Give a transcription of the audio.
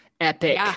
epic